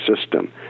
system